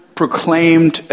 proclaimed